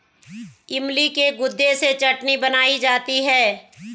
इमली के गुदे से चटनी बनाई जाती है